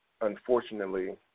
unfortunately